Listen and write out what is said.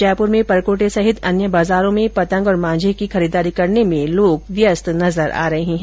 जयपुर में परकोटे सहित अन्य बाजारों में पतंग और मांझे की खरीदारी करने में लोग व्यस्त नजर आ रहे है